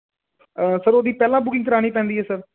sir ਉਹਦੀ ਪਹਿਲਾਂ booking ਕਰਾਉਣੀ ਪੈਂਦੀ ਹੈ ਸਰ